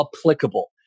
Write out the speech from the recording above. applicable